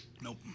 Nope